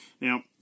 Now